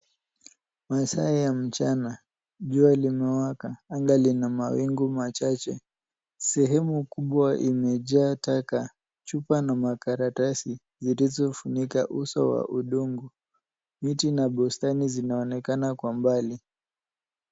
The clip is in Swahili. Masaa ya mchana. Jua limewaka. Anga lina mawingu machache. Sehemu kubwa imejaa taka, chupa na makaratasi zilizofunika uso wa udongo. Miti na bustani zinaonekana kwa mbali .